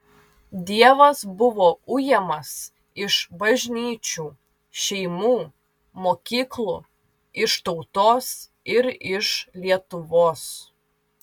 dievas buvo ujamas iš bažnyčių šeimų mokyklų iš tautos ir iš lietuvos